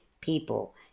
people